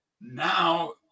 now